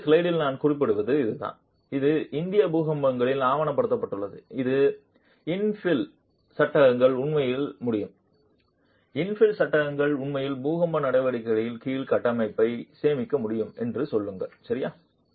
முந்தைய ஸ்லைடில் நான் குறிப்பிடுவது இதுதான் இது இந்திய பூகம்பங்களில் ஆவணப்படுத்தப்பட்டுள்ளது இது இன்ஃபில் சட்டகங்கள் உண்மையில் முடியும் இன்ஃபில் சட்டகங்கள் உண்மையில் பூகம்ப நடவடிக்கைகளின் கீழ் கட்டமைப்பை சேமிக்க முடியும் என்று சொல்லுங்கள் சரியா